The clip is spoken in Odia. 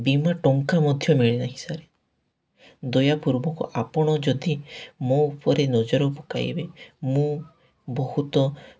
ବୀମା ଟଙ୍କା ମଧ୍ୟ ମିଳିନାହିଁ ସାର୍ ଦୟା ପୂର୍ବକୁ ଆପଣ ଯଦି ମୋ ଉପରେ ନଜର ପକାଇବେ ମୁଁ ବହୁତ